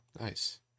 Nice